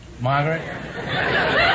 Margaret